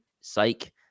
psych